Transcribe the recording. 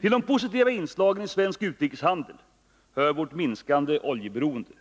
Till de positiva inslagen i svensk utrikeshandel hör vårt minskande oljeberoende.